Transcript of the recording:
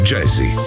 Jazzy